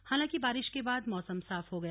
हालांकि बारिश के बाद मौसम साफ हो गया